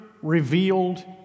revealed